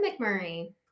McMurray